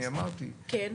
אני אמרתי -- כן.